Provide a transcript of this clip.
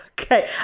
Okay